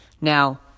Now